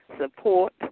support